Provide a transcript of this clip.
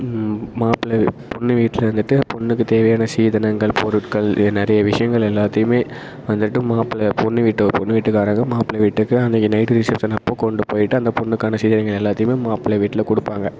மாப்பிள்ளை வீ பொண்ணு வீட்டில வந்துட்டு பொண்ணுக்குத் தேவையான சீதனங்கள் பொருட்கள் இது நிறைய விஷயங்கள் எல்லாத்தையுமே வந்துட்டு மாப்பிள்ள பொண்ணு வீட்ட பொண்ணு வீட்டுக்காரங்க மாப்பிள்ள வீட்டுக்கு அன்றைக்கி நைட் ரிசெப்ஷன் அப்போது கொண்டு போய்ட்டு அந்த பொண்ணுக்கான சீதனங்கள் எல்லாத்தையுமே மாப்பிள்ள வீட்டில கொடுப்பாங்க